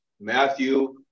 Matthew